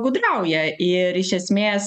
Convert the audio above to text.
gudrauja ir iš esmės